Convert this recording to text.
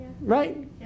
right